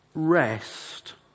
Rest